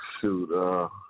Shoot